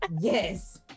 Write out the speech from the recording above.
yes